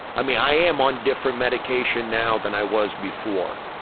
i mean i am on different medication now that i was before.